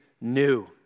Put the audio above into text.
new